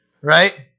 right